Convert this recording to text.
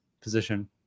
position